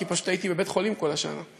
כי פשוט הייתי בבית-חולים כל השנה.